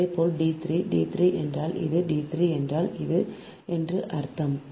இதேபோல் d 3 d 3 என்றால் இது d 3 என்றால் இது என்று அர்த்தம்